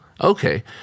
Okay